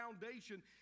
foundation